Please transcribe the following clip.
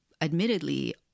admittedly